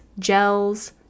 gels